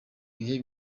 ibihe